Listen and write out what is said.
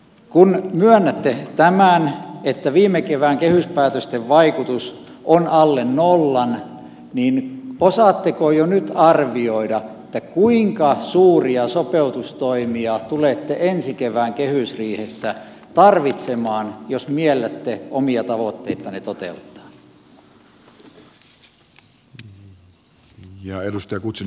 kun myönnätte tämän että viime kevään kehyspäätösten vaikutus on alle nollan niin osaatteko jo nyt arvioida kuinka suuria sopeutustoimia tulette ensi kevään kehysriihessä tarvitsemaan jos miellätte omia tavoitteitanne toteuttaa